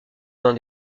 dans